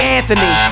Anthony